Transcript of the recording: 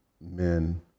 men